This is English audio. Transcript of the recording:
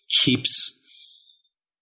keeps